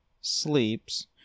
sleeps